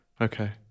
Okay